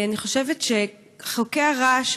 אני חושבת שחוקי הרעש,